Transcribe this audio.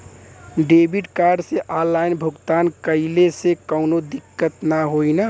Debit card से online भुगतान कइले से काउनो दिक्कत ना होई न?